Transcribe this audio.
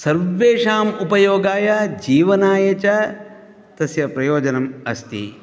सर्वेषाम् उपयोगाय जीवनाय च तस्य प्रयोजनम् अस्ति